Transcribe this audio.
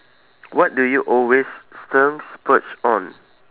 what do you always stern splurge on